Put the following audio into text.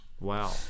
Wow